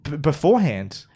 Beforehand